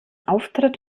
auftritt